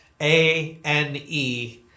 A-N-E